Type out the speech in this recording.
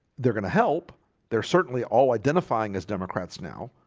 they're gonna help there certainly all identifying as democrats now,